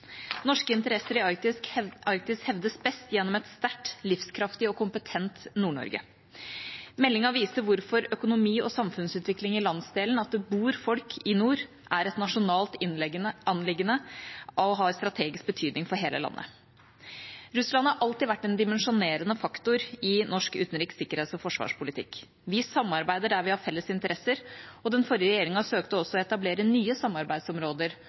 Norske interesser i Arktis hevdes best gjennom et sterkt, livskraftig og kompetent Nord-Norge. Meldingen viser hvorfor økonomi og samfunnsutvikling i landsdelen og at det bor folk i nord, er et nasjonalt anliggende og har strategisk betydning for hele landet. Russland har alltid vært en dimensjonerende faktor i norsk utenriks-, sikkerhets- og forsvarspolitikk. Vi samarbeider der vi har felles interesser, og den forrige regjeringa søkte også å etablere nye samarbeidsområder,